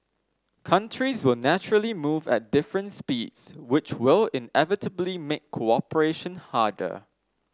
countries will naturally move at different speeds which will inevitably make cooperation harder